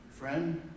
Friend